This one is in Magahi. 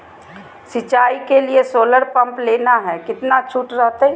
सिंचाई के लिए सोलर पंप लेना है कितना छुट रहतैय?